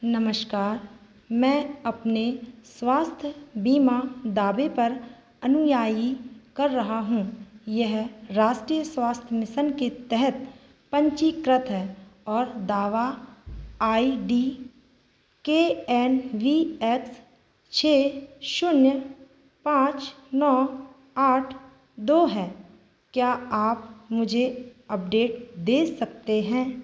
नमस्कार मैं अपने स्वास्थ्य बीमा दावे पर अनुयायी कर रहा हूँ यह राष्ट्रीय स्वास्थ्य मिसन के तहत पंजीक्रत है और दावा I D K N V X छः शून्य पाँच नौ आठ दो है क्या आप मुझे अपडेट दे सकते हैं